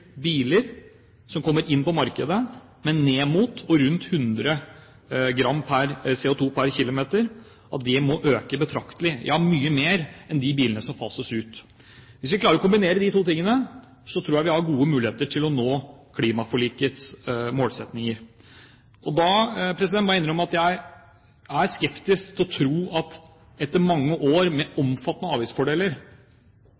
biler som kommer inn på markedet med ned mot rundt 100 gram CO2 per km. Dette antallet må øke betraktelig – ja, mye mer enn de bilene som fases ut. Hvis vi klarer å kombinere de to tingene, tror jeg vi har gode muligheter til å nå klimaforlikets målsettinger. Jeg må innrømme at jeg er skeptisk til – etter mange år med